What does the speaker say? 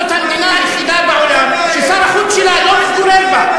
זאת המדינה היחידה בעולם ששר החוץ שלה לא מתגורר בה.